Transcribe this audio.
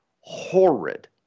horrid